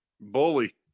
bully